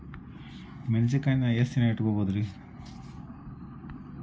ಮೆಣಸಿನಕಾಯಿನಾ ಎಷ್ಟ ದಿನ ಇಟ್ಕೋಬೊದ್ರೇ?